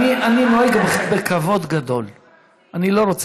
אם מחפשים דמוקרטיה אמיתית, אז זה זכויות